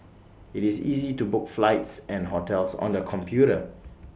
IT is easy to book flights and hotels on the computer